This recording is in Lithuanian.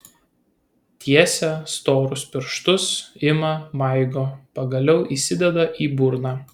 tiesia storus pirštus ima maigo pagaliau įsideda į burną